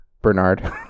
Bernard